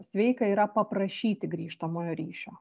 sveika yra paprašyti grįžtamojo ryšio